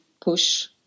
push